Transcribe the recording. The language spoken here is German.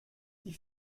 die